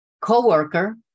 coworker